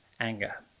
anger